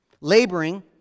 laboring